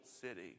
city